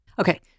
Okay